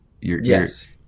Yes